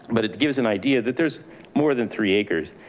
but it gives an idea that there's more than three acres.